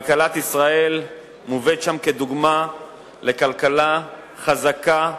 כלכלת ישראל מובאת שם כדוגמה לכלכלה חזקה,